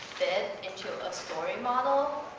fit into a story model,